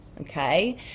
okay